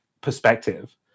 perspective